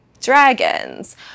dragons